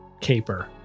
caper